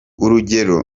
urugero